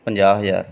ਪੰਜਾਹ ਹਜ਼ਾਰ